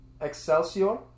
Excelsior